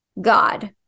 God